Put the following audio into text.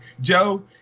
Joe